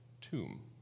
tomb